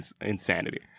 insanity